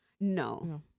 No